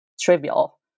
trivial